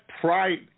pride